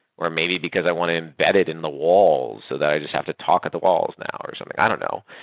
or maybe because i want to embed it in the wall so that i just have to talk at the walls or something. i don't know.